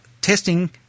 testing